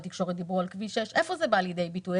בתקשורת דיברו על כביש 6. איפה זה בא לידי ביטוי?